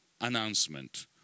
announcement